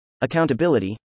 accountability